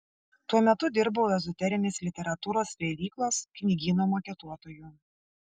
tuo metu dirbau ezoterinės literatūros leidyklos knygyno maketuotoju